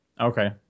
okay